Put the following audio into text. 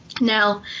Now